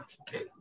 okay